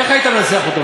איך היית מנסח אותו?